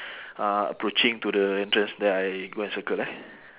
uh approaching to the entrance there I go and circle eh